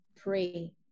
pray